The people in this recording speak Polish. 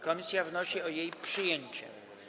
Komisja wnosi o jej przyjęcie.